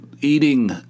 eating